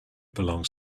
belongs